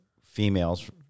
females